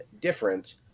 different